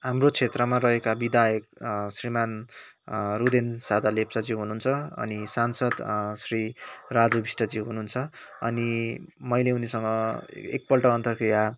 हाम्रो क्षेत्रमा रहेका विधायक श्रीमान् रुदेन सादा लेप्चाज्यू हुनुहुन्छ अनि सांसद श्री राजु विष्टज्यू हुनुहुन्छ अनि मैले उनीसँग एकपल्ट अन्तरक्रिया